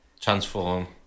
transform